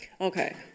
Okay